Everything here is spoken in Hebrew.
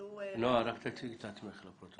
שיוכלו להיות עצמאיים במובן